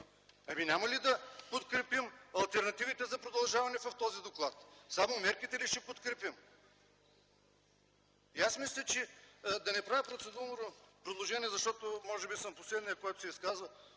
Ами, няма ли да подкрепим алтернативите за продължаване в този доклад? Само мерките ли ще подкрепим? И аз мисля, да не правя процедурно предложение, защото може би съм последният, който се изказва